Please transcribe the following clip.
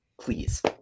please